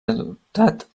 adoptat